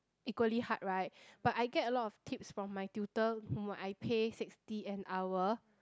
equally hard right but I get a lot of tips from my tutor whom I paid sixty an hour